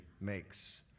makes